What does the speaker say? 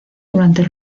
durante